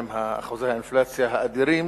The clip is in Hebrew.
עם אחוזי האינפלציה האדירים,